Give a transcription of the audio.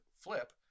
flip